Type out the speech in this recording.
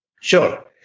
sure